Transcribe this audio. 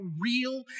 real